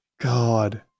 God